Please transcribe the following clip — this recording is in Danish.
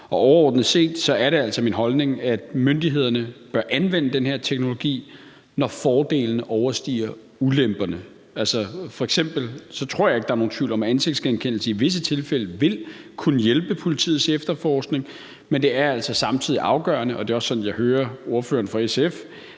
holdning, at myndighederne bør anvende den her teknologi, når fordelene overstiger ulemperne. F.eks. tror jeg ikke, der er nogen tvivl om, at ansigtsgenkendelse i visse tilfælde vil kunne hjælpe politiets efterforskning, men det er altså samtidig afgørende – og det er også sådan, jeg hører ordføreren for SF